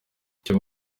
icyo